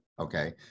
okay